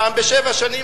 פעם בשבע שנים,